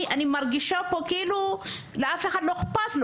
אני מרגישה כאילו לאף אחד לא אכפת.